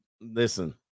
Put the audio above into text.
listen